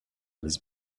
was